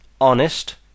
honest